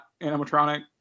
animatronic